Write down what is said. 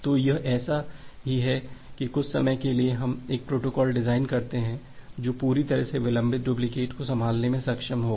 तो यह ऐसा ही है कि कुछ समय के लिए हम एक प्रोटोकॉल डिज़ाइन करते हैं जो पूरी तरह से विलंबित डुप्लिकेट को संभालने में सक्षम होगा